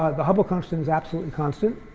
the hubble constant is absolutely constant,